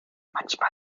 manchmal